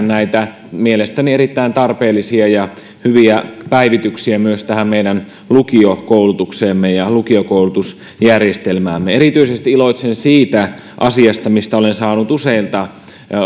näitä mielestäni erittäin tarpeellisia ja hyviä päivityksiä myös tähän meidän lukiokoulutukseemme ja lukiokoulutusjärjestelmäämme erityisesti iloitsen siitä asiasta mistä olen saanut useilta